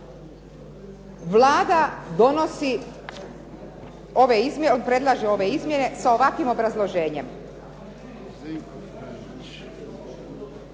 E danas dakle Vlada predlaže ove izmjene sa ovakvim obrazloženjem.